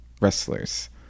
wrestlers